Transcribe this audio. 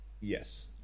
Yes